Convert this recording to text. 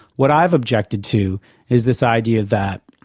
what i've objected to is this idea that,